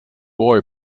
boy